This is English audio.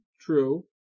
True